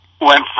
went